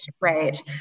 right